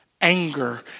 anger